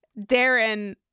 Darren